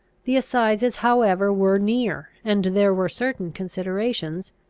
the assizes however were near, and there were certain considerations,